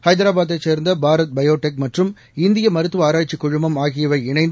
ஹைதராபாதைச் சேர்ந்த பாரத் பயோடெக் மற்றும் இந்திய மருத்துவ ஆராய்ச்சிக் குழுமம் ஆகியவை இணைந்து